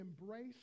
embrace